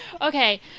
okay